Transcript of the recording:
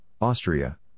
Austria